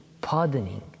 pardoning